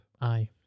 Aye